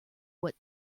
what